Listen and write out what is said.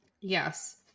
Yes